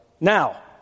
Now